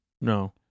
No